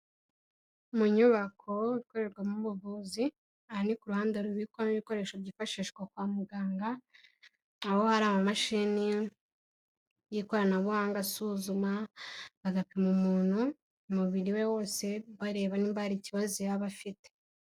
Mu nyubako ikorerwamo ubuvuzi, aha ni ku ruhande rubikwamo ibikoresho byifashishwa kwa muganga, aho hari amamashini y'ikoranabuhanga asuzuma, agapima umuntu umubiri we wose, bareba niba hari ikibazo yaba afite.